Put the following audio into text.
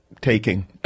taking